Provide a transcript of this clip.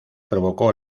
provocó